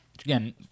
Again